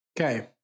Okay